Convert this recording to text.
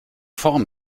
form